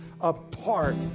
apart